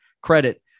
credit